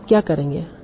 तो आप क्या करेंगे